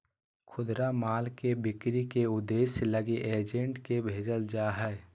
खुदरा माल के बिक्री के उद्देश्य लगी एजेंट के भेजल जा हइ